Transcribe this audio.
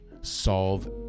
solve